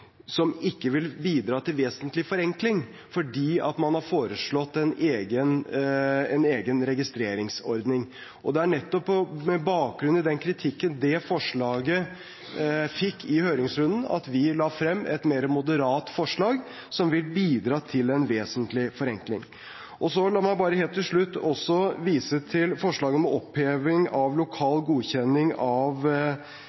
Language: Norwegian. som ikke ville bidra til vesentlig forenkling, fordi man har foreslått en egen registreringsordning. Det er nettopp med bakgrunn i den kritikken det forslaget fikk i høringsrunden, at vi la frem et mer moderat forslag, som vil bidra til en vesentlig forenkling. La meg bare helt til slutt også vise til forslaget om oppheving av